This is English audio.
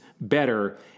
better